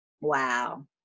Wow